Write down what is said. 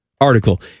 article